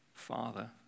Father